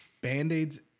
Band-Aids